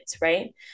right